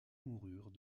moururent